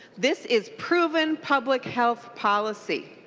this is proven public health policy.